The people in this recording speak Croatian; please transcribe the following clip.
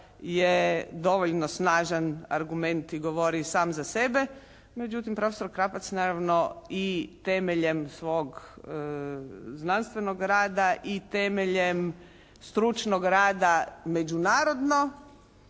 je dovoljno snažan argument i govori sam za sebe. Međutim profesor Krapac naravno i temeljem svog znanstvenog rada i temeljem stručnog rada međunarodnog